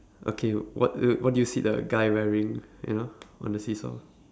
okay what d~ what do you see the guy wearing you know on the seesaw